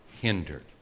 hindered